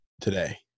today